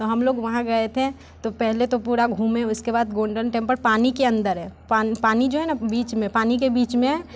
तो हम लोग वहाँ गए थे तो पहले तो पूरा घूमे उसके बाद गोंडेल टेम्पर पानी के अंदर है पानी जो है ना बीच में पानी के बीच में है